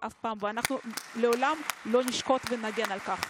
ואסור לנו לעולם להירתע מלהגן עליכם.